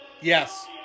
Yes